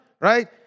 right